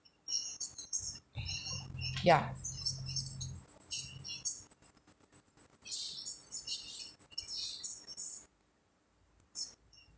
ya